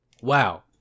Wow